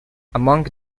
among